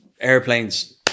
airplanes